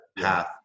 path